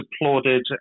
applauded